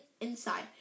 inside